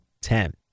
Ten